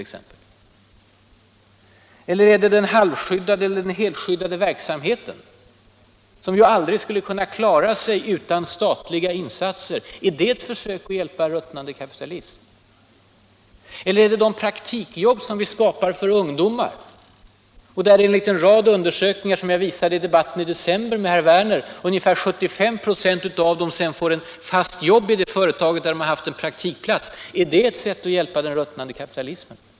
Eller är det den halv eller helskyddade verksamheten, som aldrig skulle kunna klaras utan statliga insatser — är det ett försök att hjälpa en ruttnande kapitalism? Eller är det de praktikjobb som vi skapar för ungdomar, av vilka, enligt en rad undersökningar som jag redovisade i debatten i december med herr Werner, ungefär 75 96 får ett fast jobb i det företag där de haft en praktikplats — är det ett sätt att hjälpa den ruttnande kapitalismen?